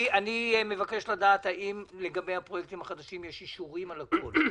אני מבקש לדעת: האם לגבי הפרויקטים החדשים יש אישורים על הכול?